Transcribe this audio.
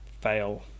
fail